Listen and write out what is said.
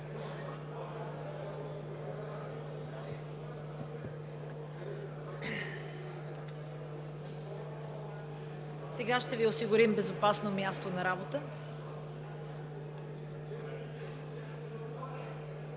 Сега ще Ви осигурим безопасно място на работа.